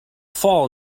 fall